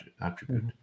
attribute